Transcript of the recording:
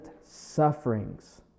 sufferings